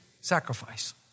sacrifice